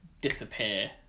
disappear